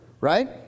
right